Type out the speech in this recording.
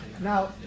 Now